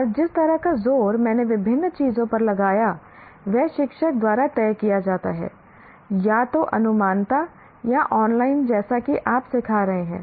और जिस तरह का जोर मैंने विभिन्न चीजों पर लगाया वह शिक्षक द्वारा तय किया जाता है या तो अनुमानत या ऑनलाइन जैसा कि आप सिखा रहे हैं